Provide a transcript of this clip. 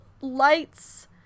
Light's